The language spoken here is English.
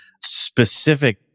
specific